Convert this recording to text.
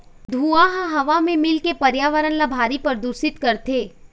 धुंआ ह हवा म मिलके परयाबरन ल भारी परदूसित करथे